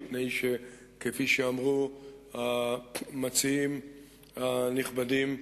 מפני שכפי שאמרו המציעים הנכבדים,